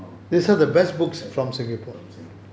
from singapore